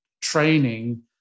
training